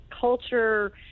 culture